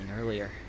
earlier